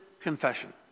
confession